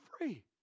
free